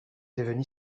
devenu